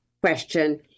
question